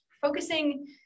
focusing